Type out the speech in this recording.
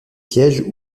sièges